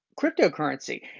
Cryptocurrency